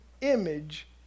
image